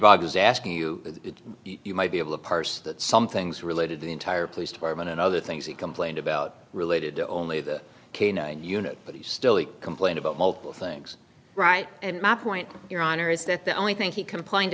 is asking you you might be able to parse that some things related to the entire police department and other things he complained about related to only the canine unit but he still complained about multiple things right and my point your honor is that the only thing he complained